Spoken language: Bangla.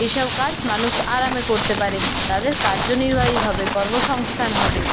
এইসব কাজ মানুষ আরামে করতে পারে তাদের কার্যনির্বাহী হবে কর্মসংস্থান হবে